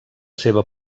seva